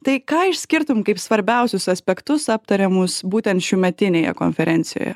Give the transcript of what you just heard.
tai ką išskirtum kaip svarbiausius aspektus aptariamus būtent šiųmetinėje konferencijoje